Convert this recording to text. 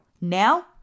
Now